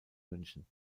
münchen